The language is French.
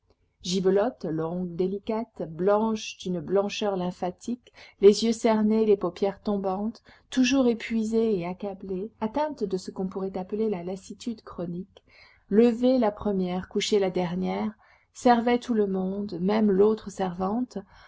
gibelotte longue délicate blanche d'une blancheur lymphatique les yeux cernés les paupières tombantes toujours épuisée et accablée atteinte de ce qu'on pourrait appeler la lassitude chronique levée la première couchée la dernière servait tout le monde même l'autre servante